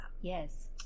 Yes